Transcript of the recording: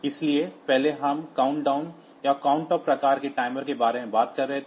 इसलिए पहले हम काउंट डाउन या काउंट अप प्रकार की टाइमर के बारे में बात कर रहे थे